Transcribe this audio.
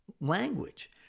language